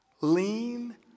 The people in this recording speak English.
lean